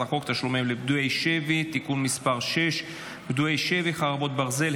חוק תשלומים לפדויי שבי (חרבות ברזל),